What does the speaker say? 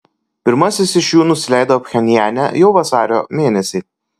pirmasis iš jų nusileido pchenjane jau vasario mėnesį